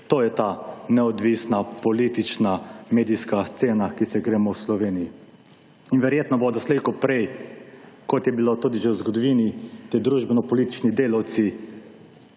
To je ta neodvisna politična medijska scena, ki se jo gremo v Sloveniji. In verjetno bodo slej ko prej, kot je bilo tudi že v zgodovini, te družbenopolitični delavci